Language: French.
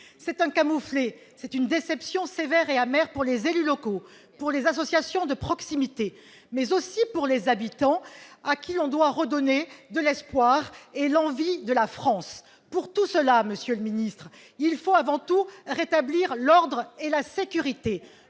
C'est un camouflet et une déception sévère et amère pour les élus locaux, pour les associations de proximité, mais aussi pour les habitants, auxquels on doit redonner de l'espoir et l'envie de la France. Pour tous ceux-là, monsieur le ministre, il faut avant tout rétablir l'ordre et la sécurité,